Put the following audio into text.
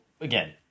again